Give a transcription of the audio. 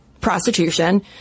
prostitution